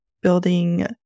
building